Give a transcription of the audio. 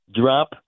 drop